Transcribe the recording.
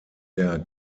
der